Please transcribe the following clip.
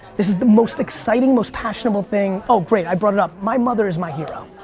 this is the most exciting, most passion-able thing. oh, great, i brought it up. my mother is my hero,